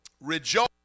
Rejoice